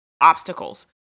obstacles